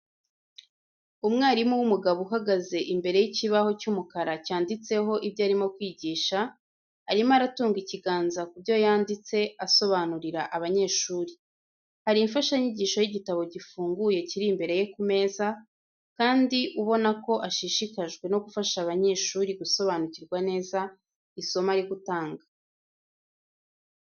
Umwarimu w'umugabo uhagaze imbere y'ikibaho cy'umukara cyanditseho ibyo arimo kwigisha. Arimo aratunga ikiganza ku byo yanditse asobanurira abanyeshuri. Hari imfashanyigisho y'igitabo gifunguye kiri imbere ye ku meza, kandi ubona ko ashishikajwe no gufasha abanyeshuri gusobanukirwa neza isomo ari gutanga.